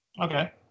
Okay